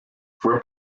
fue